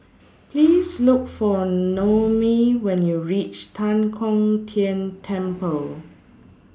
Please Look For Noemi when YOU REACH Tan Kong Tian Temple